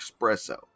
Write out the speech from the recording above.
espresso